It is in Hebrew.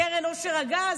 קרן עושר הגז,